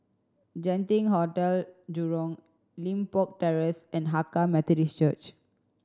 Genting Hotel Jurong Limbok Terrace and Hakka Methodist Church